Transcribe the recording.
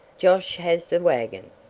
josh has the wagon.